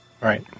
Right